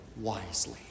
wisely